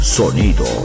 sonido